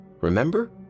Remember